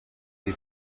die